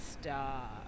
star